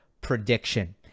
prediction